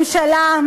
ממשלה,